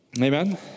Amen